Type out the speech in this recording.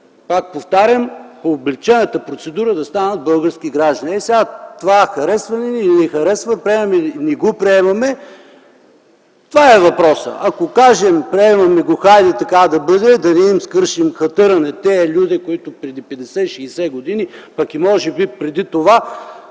пак повтарям, по облекчената процедура да станат български граждани. Това харесва ли ни, или не ни харесва, приемаме или не приемаме - това е въпросът. Ако кажем: „Приемаме го, хайде, така да бъде”. Да не им скършим хатъра на тези люде, които преди 50-60 години, пък и може би преди това,